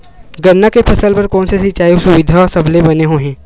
गन्ना के फसल बर कोन से सिचाई सुविधा सबले बने होही?